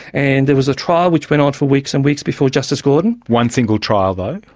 and there was a trial which went on for weeks and weeks before justice gordon. one single trial though?